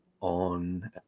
on